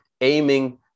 aiming